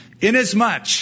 Inasmuch